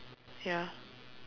ya